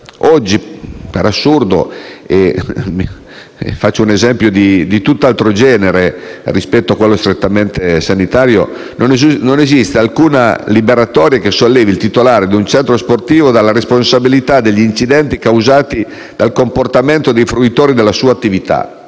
Oggi, per assurdo - faccio un esempio di tutt'altro genere rispetto all'ambito strettamente sanitario - non esiste alcuna liberatoria che sollevi il titolare di un centro sportivo dalla responsabilità degli incidenti causati dal comportamento dei fruitori della sua attività,